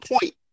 point